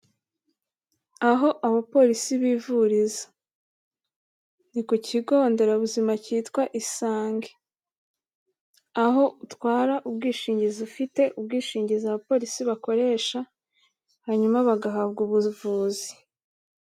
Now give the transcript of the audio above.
Aho abapolisi bivuriza. Ni ku kigo nderabuzima cyitwa Isange, aho utwara ubwishingizi ufite ubwishingizi abapolisi bakoresha hanyuma bagahabwa ubuvuzi.